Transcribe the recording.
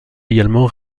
également